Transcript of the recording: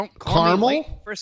caramel